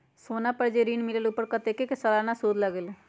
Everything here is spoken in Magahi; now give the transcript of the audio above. सोना पर जे ऋन मिलेलु ओपर कतेक के सालाना सुद लगेल?